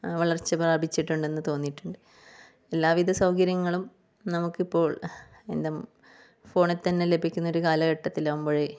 വളർച്ച പ്രാപിച്ചിട്ടുണ്ടെന്ന് തോന്നിയിട്ടുണ്ട് എല്ലാവിധ സൗകര്യങ്ങളും നമുക്ക് ഇപ്പോൾ എന്താണ് ഫോണിൽ തന്നെ ലഭിക്കുന്നൊരു കാലഘട്ടത്തിലാകുമ്പോഴേ